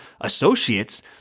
associates